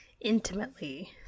intimately